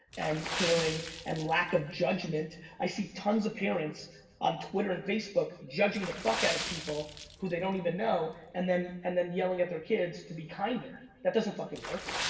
and caring and lack of judgment. i see tons of parents on twitter and facebook judging the fuck out of people who they don't even know and then and then yelling at their kids to be kinder. that doesn't fucking work.